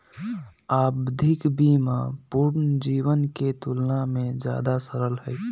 आवधिक बीमा पूर्ण जीवन के तुलना में ज्यादा सरल हई